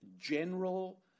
general